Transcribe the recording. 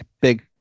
big